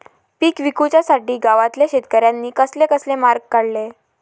पीक विकुच्यासाठी गावातल्या शेतकऱ्यांनी कसले कसले मार्ग काढले?